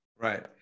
Right